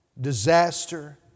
disaster